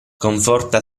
conforta